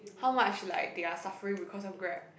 how much like they are suffering because of Grab